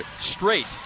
straight